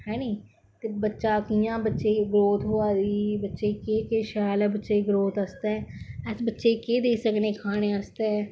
है नी बच्चा कियां बच्चे दी ग्राउथ होवा दी बच्चे गी केह् के्ह शैल ऐ बच्चे दी ग्राउथ आस्तै अस बच्चे गी केह् देई सकने खाने आस्तै